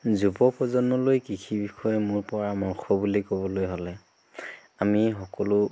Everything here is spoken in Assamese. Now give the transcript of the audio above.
যুৱ প্ৰজন্মলৈ কৃষিৰ বিষয়ে মোৰ পৰামৰ্শ বুলি ক'বলৈ হ'লে আমি সকলো